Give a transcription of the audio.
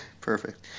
Perfect